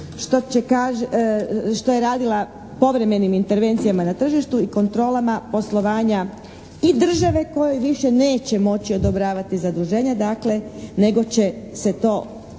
što je radila povremenim intervencijama na tržištu i kontrolama poslovanja i države kojoj više neće moći odobravati zaduženja. Dakle, nego će se to događati